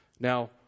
Now